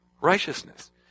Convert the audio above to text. righteousness